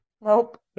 Nope